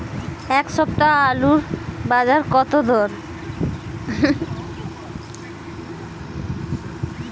এ সপ্তাহে আলুর বাজার দর কত?